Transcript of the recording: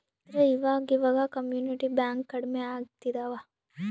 ಆದ್ರೆ ಈವಾಗ ಇವಾಗ ಕಮ್ಯುನಿಟಿ ಬ್ಯಾಂಕ್ ಕಡ್ಮೆ ಆಗ್ತಿದವ